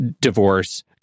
divorce